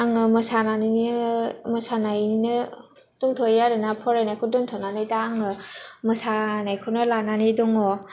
आङो मोसानायैनो मोसानायिनो दोनथ'यो आरो ना फरायनायखौ दोनथ'नानै दा आङो मोसानायखौनो लानानै दङ